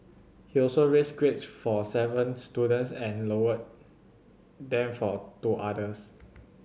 he also raised grades for seven students and lowered them for two others